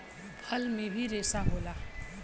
फल में भी रेसा होला